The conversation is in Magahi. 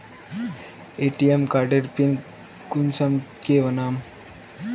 ए.टी.एम कार्डेर पिन कुंसम के बनाम?